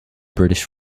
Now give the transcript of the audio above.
british